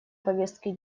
повестки